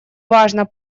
важно